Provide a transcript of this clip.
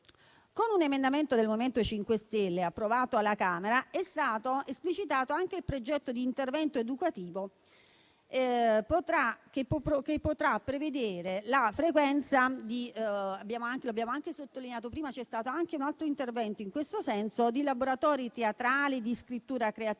Con un emendamento del MoVimento 5 Stelle approvato alla Camera è stato esplicitato anche il progetto di intervento educativo che potrà prevedere la frequenza - l'abbiamo sottolineato prima e c'è stato